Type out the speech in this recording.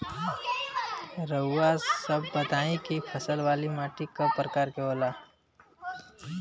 रउआ सब बताई कि फसल वाली माटी क प्रकार के होला?